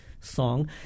Song